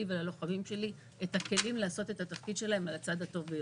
וללוחמים שלי את הכלים לעשות את התפקיד שלהם על הצד הטוב ביותר.